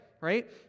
right